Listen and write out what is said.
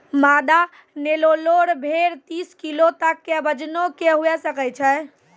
मादा नेल्लोरे भेड़ तीस किलो तक के वजनो के हुए सकै छै